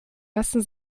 lassen